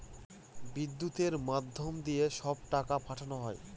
বিদ্যুতের মাধ্যম দিয়ে সব টাকা পাঠানো হয়